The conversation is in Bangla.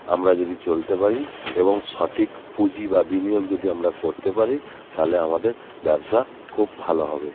আমরা যদি চলতে পারি এবং সঠিক পুঁজি বা বিনিয়োগ যদি আমরা করতে পারি তালে আমাদের ব্যবসা খুব ভালো হবে